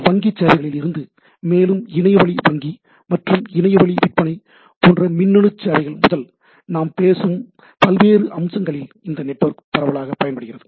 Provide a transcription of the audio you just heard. வங்கி சேவைகளில் இருந்து மேலும் இணையவழி வங்கி மற்றும் இணைய வழி விற்பனை போன்ற மின்னணு சேவைகள் முதல் நாம் பேசும் பல்வேறு அம்சங்களில் இந்த நெட்வொர்க் பரவலாக பயன்படுகிறது